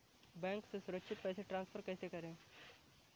Bank से सुरक्षित पैसे ट्रांसफर कैसे करें?